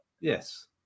yes